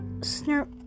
Snip